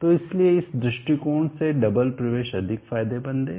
तो इसलिए इस दृष्टिकोण से डबल double दोहरा प्रवेश अधिक फायदेमंद हैं